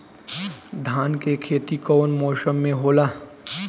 धान के खेती कवन मौसम में होला?